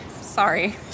Sorry